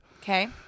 Okay